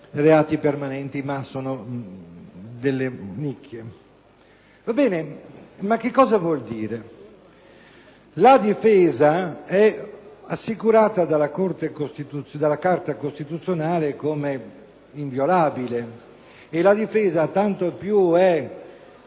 reati permanenti; ma sono delle nicchie. Che cosa vuol dire? La difesa è assicurata dalla Carta costituzionale come inviolabile; e tanto più è